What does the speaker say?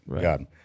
God